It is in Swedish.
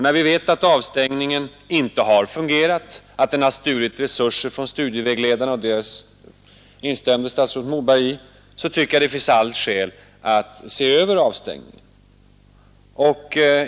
När vi vet att systemet med avstängning inte har fungerat, att det har stulit resurser från studievägledarna — det instämde statsrådet Moberg i — tycker jag det finns alla skäl att se över avstängningsreglerna.